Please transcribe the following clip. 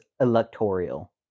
electoral